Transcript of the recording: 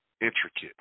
intricate